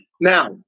Now